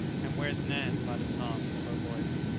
and where's nan? muttered tom, in a low voice.